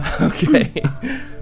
Okay